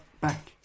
back